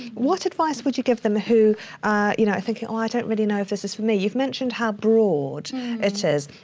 what advice would you give them who are you know thinking, oh, i don't really know if this is for me. you've mentioned how broad it is.